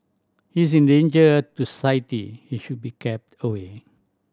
he is in danger to and should be kept away